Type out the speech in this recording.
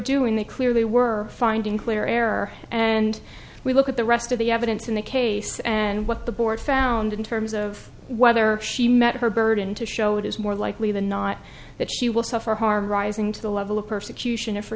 doing they clearly were finding clear error and we look at the rest of the evidence in the case and what the board found in terms of whether she met her burden to show it is more likely than not that she will suffer harm rising to the level of persecution o